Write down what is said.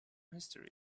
history